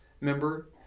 member